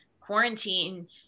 quarantine